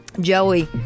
Joey